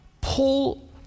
Paul